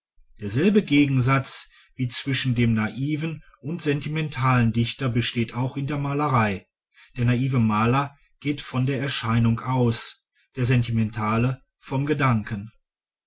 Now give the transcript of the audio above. derselbe gegensatz wie zwischen dem naiven und sentimentalen dichter besteht auch in der malerei der naive maler geht von der erscheinung aus der sentimentale vom gedanken